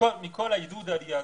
מכל עידוד העלייה,